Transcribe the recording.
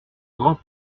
grand